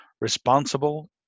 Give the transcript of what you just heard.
responsible